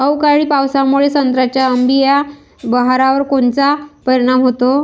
अवकाळी पावसामुळे संत्र्याच्या अंबीया बहारावर कोनचा परिणाम होतो?